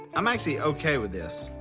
i'm actually okay with this.